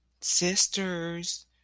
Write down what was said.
sisters